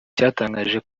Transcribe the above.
cyatangaje